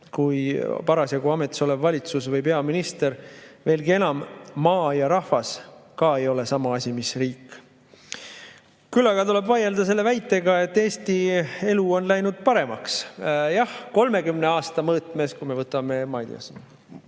kui parasjagu ametisolev valitsus või peaminister. Veelgi enam, maa ja rahvas ei ole ka sama asi mis riik. Küll aga tuleb vaielda selle väitega, et Eesti elu on läinud paremaks. Jah, 30 aasta mõõtmes, kui me võtame, ma